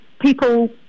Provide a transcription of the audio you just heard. people